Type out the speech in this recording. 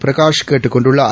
பிரகாஷ் கேட்டுக் கொண்டுள்ளார்